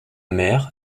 mère